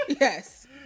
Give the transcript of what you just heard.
Yes